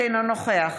אינו נוכח